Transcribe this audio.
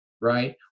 right